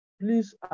please